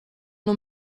nur